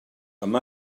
amb